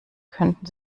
könnten